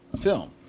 film